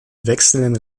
wechselnden